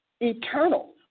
eternal